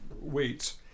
weights